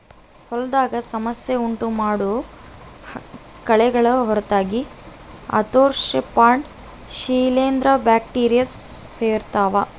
ಹೊಲದಾಗ ಸಮಸ್ಯೆ ಉಂಟುಮಾಡೋ ಕಳೆಗಳ ಹೊರತಾಗಿ ಆರ್ತ್ರೋಪಾಡ್ಗ ಶಿಲೀಂಧ್ರ ಬ್ಯಾಕ್ಟೀರಿ ಸೇರ್ಯಾವ